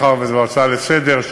מאחר שזו הצעה לסדר-היום,